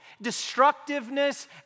destructiveness